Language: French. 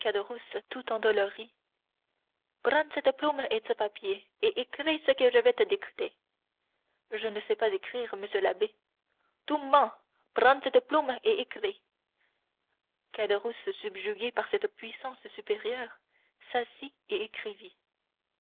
cette plume et ce papier et écris ce que je vais te dicter je ne sais pas écrire monsieur l'abbé tu mens prends cette plume et écris caderousse subjugué par cette puissance supérieure s'assit et écrivit